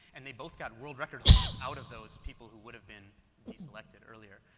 and they both got world record out of those people who would have been deselected earlier.